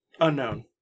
unknown